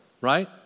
right